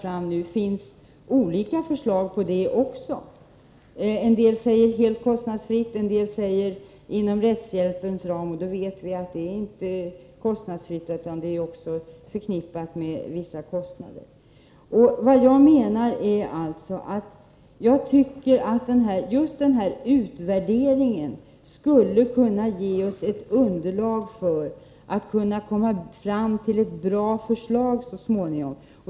En del säger att det skall vara helt kostnadsfritt, en del säger att rätten till juridiskt biträde skall finnas inom rättshjälpens ram. I det senare fallet vet vi att det är förknippat med vissa kostnader. Jag menar att just den föreslagna utvärderingen skulle kunna ge oss ett underlag för att så småningom komma fram till ett bra förslag.